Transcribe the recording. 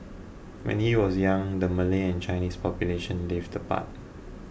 when he was young the Malay and Chinese populations lived apart